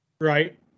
Right